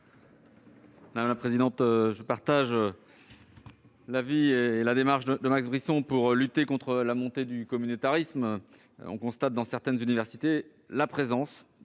de la culture ? Je partage l'avis et la démarche de Max Brisson pour lutter contre la montée du communautarisme. On constate dans certaines universités la présence